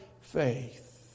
faith